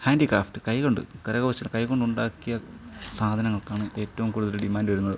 handicraft കൈകൊണ്ട് കരകൗശല കൈ കൊണ്ടുണ്ടാക്കിയ സാധനങ്ങൾക്കാണ് ഏറ്റവും കൂടുതൽ ഡിമാൻഡ് വരുന്നത്